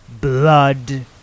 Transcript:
blood